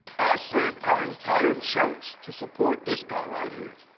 i sent our entire church to support this guy right here.